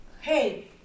hey